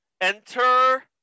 Enter